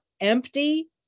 empty